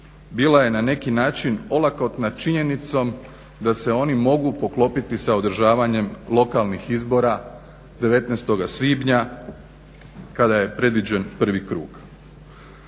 bila je na neki način olakotna činjenicom da se oni mogu poklopiti sa održavanjem lokalnih izbora 19. svibnja kada je predviđen prvi krug.